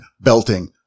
belting